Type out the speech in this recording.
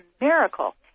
miracle